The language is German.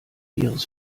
ihres